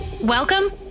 Welcome